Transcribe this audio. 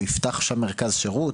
הוא יפתח שם מרכז שירות,